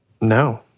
no